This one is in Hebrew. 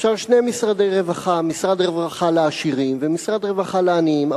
אפשר שני משרדי רווחה: משרד רווחה לעשירים ומשרד רווחה לעניים.